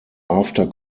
after